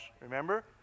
remember